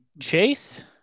Chase